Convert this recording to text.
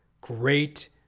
great